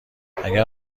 اگه